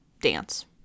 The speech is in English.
dance